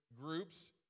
groups